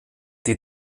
die